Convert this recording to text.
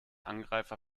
angreifer